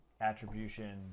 attribution